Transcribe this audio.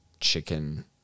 chicken